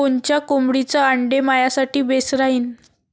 कोनच्या कोंबडीचं आंडे मायासाठी बेस राहीन?